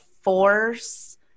force